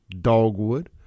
Dogwood